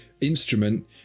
instrument